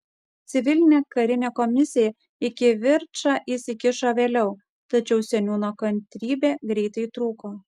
civilinė karinė komisija į kivirčą įsikišo vėliau tačiau seniūno kantrybė greitai trūko